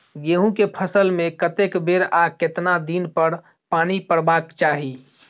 गेहूं के फसल मे कतेक बेर आ केतना दिन पर पानी परबाक चाही?